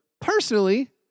Personally